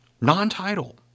Non-title